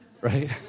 Right